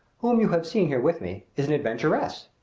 whom you have seen here with me, is an adventuress.